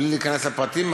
בלי להיכנס לפרטים,